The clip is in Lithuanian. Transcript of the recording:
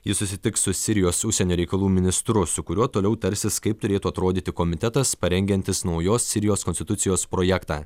jis susitiks su sirijos užsienio reikalų ministru su kuriuo toliau tarsis kaip turėtų atrodyti komitetas parengiantis naujos sirijos konstitucijos projektą